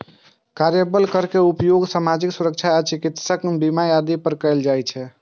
कार्यबल कर के उपयोग सामाजिक सुरक्षा आ चिकित्सा बीमा आदि पर कैल जाइ छै